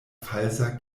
falsa